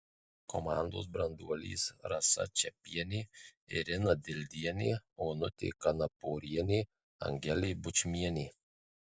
komandos branduolys rasa čepienė irina dildienė onutė kanaporienė angelė bučmienė